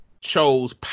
chose